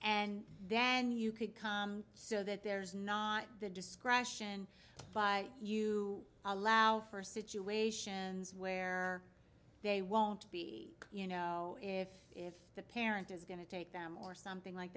and then you could come so that there's not the discretion by you allow for situations where they won't be you know if the parent is going to take them or something like